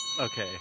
Okay